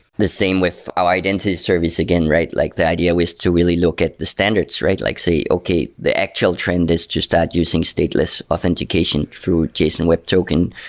the same with our identity service again, right? like the idea was to really look at the standards, right? like say, okay. the actual trend is just start using stateless authentication through json web token.